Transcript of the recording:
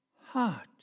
heart